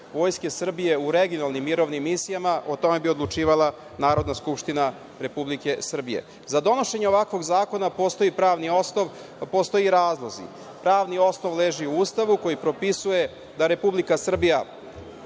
Vojske Srbije u regionalnim mirovnim misijama, o tome bi odlučivala Narodna skupština Republike Srbije.Za donošenje ovakvog zakona postoji pravni osnov, a postoje i razlozi. Pravni osnov leži u Ustavu koji propisuje da Republika Srbija